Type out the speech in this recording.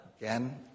Again